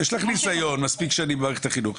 יש לך ניסיון מספיק שנים במערכת החינוך,